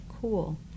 cool